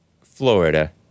Florida